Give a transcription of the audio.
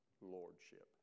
lordship